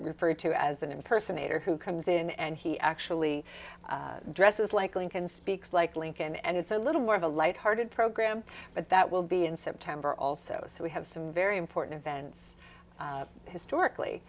referred to as an impersonator who comes in and he actually dresses like lincoln speaks like lincoln and it's a little more of a lighthearted program but that will be in september also so we have some very important events historically